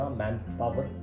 manpower